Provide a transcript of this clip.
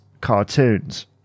cartoons